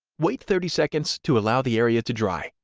wait thirty seconds to allow the area to dry.